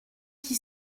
qui